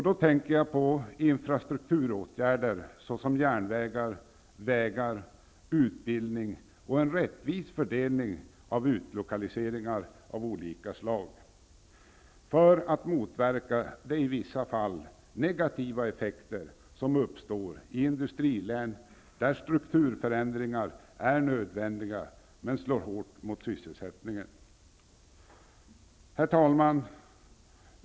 Då tänker jag på infrastrukturåtgärder såsom järnvägar, vägar, utbildning och en rättvis fördelning av utlokaliseringar av olika slag för att motverka de i vissa fall negativa effekter som uppstår i industrilän där strukturförändringar är nödvändiga men slår hårt mot sysselsättningen. Herr talman!